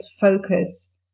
focus